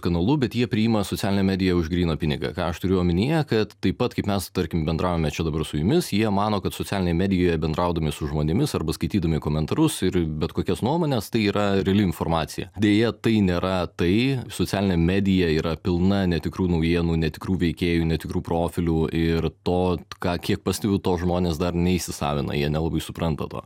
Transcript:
kanalu bet jie priima socialinę mediją už gryną pinigą ką aš turiu omenyje kad taip pat kaip mes tarkim bendravome čia dabar su jumis jie mano kad socialinėj medijoj bendraudami su žmonėmis arba skaitydami komentarus ir bet kokias nuomones tai yra reali informacija deja tai nėra tai socialinė medija yra pilna netikrų naujienų netikrų veikėjų netikrų profilių ir to ką kiek pastebiu to žmones dar neįsisavina jie nelabai supranta to